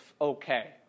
okay